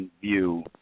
view